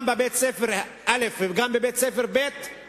גם בבית-ספר א' וגם בבית-ספר ב';